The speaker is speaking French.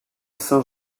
saint